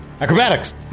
Acrobatics